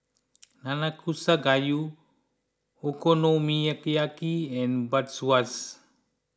Nanakusa Gayu Okonomiyaki and Bratwurst